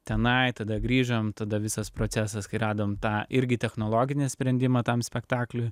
tenai tada grįžom tada visas procesas kai radom tą irgi technologinį sprendimą tam spektakliui